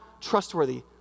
trustworthy